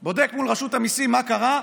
הוא בודק מול רשות המיסים מה קרה,